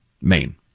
Maine